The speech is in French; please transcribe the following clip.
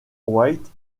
white